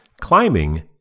climbing